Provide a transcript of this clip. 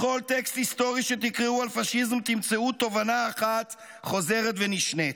בכל טקסט היסטורי שתקראו על פשיזם תמצאו תובנה אחת חוזרת ונשנית: